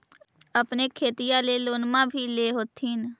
अपने खेतिया ले लोनमा भी ले होत्थिन?